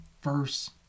first